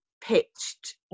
pitched